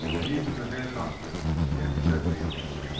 and even the herr doktor can't check me on it.